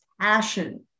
passion